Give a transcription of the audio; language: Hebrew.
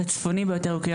הצפוני ביותר הוא ק.